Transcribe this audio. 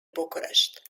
bucharest